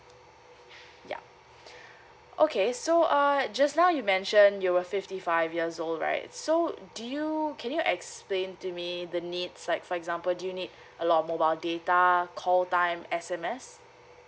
ya okay so err just now you mentioned you were fifty five years old right so do you can you explain to me the needs like for example do you need a lot of mobile data call time S_M_S